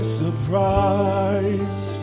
surprise